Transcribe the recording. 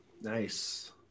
Nice